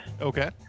Okay